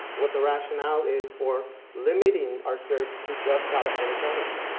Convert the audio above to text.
what the rationale is for limiting our search to just california candidates.